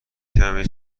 کمی